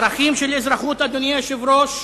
ערכים של אזרחות ושוויוניות, אדוני היושב-ראש,